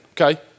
Okay